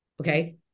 Okay